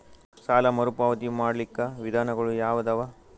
ಸಾಲ ಮರುಪಾವತಿ ಮಾಡ್ಲಿಕ್ಕ ವಿಧಾನಗಳು ಯಾವದವಾ?